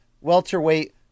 welterweight